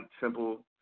simple